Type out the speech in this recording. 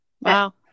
Wow